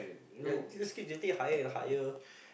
ya you just keep getting higher and higher